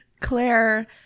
Claire